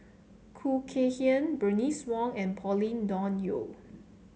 Khoo Kay Hian Bernice Wong and Pauline Dawn Loh